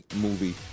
movie